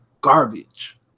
garbage